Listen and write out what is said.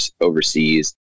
overseas